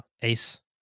Ace